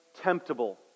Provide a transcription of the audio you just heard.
temptable